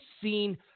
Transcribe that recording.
seen